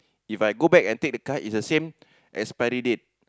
If I go back and take the card it's the same expiry date